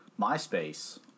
MySpace